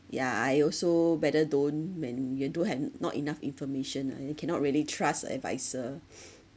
ya I also better don't when you don't have not enough information ah and then cannot really trust advisor